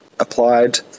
applied